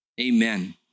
Amen